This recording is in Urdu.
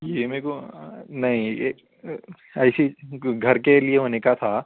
یہ میرے کو نہیں ایسی گھر کے لیے ہونے کا تھا